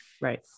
Right